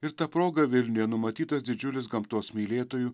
ir ta proga vilniuje numatytas didžiulis gamtos mylėtojų